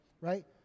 right